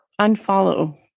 unfollow